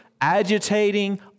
agitating